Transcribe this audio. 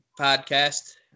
podcast